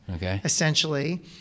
essentially